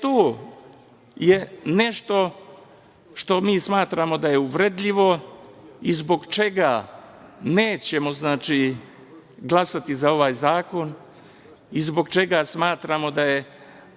tu je nešto što mi smatramo da je uvredljivo i zbog čega nećemo glasati za ovaj zakon i zbog čega smatramo da je